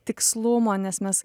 tikslumo nes mes